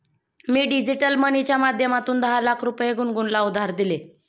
मी digital मनीच्या माध्यमातून दहा लाख रुपये गुनगुनला उधार दिले